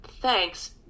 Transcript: thanks